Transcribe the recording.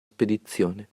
spedizione